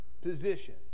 position